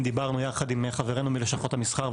דיברנו יחד עם חברינו מלשכות המסחר,